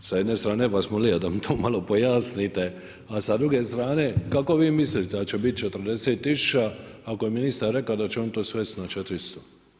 Sa jedne strane bi vas molio da mi to malo pojasnite, a sa druge strane kako vi mislite da će biti 40 tisuća, ako je ministar rekao da će on to svest na 400?